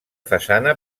façana